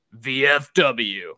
VFW